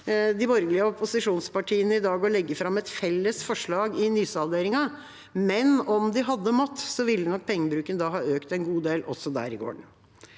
de borgerlige opposisjonspartiene i dag å legge fram et felles forslag i nysalderingen, men om de måtte, ville nok pengebruken ha økt en god del også der i gården.